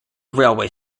railway